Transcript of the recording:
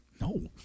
No